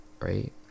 right